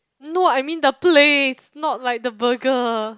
no I mean the place not like the burger